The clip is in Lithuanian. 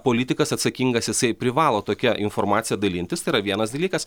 politikas atsakingas jisai privalo tokia informacija dalintis tai yra vienas dalykas